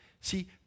See